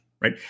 right